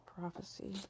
prophecy